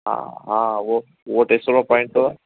हा हा उहो उहो टे सौ रुपिया पॉइंट अथव